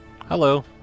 Hello